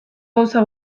gauza